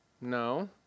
No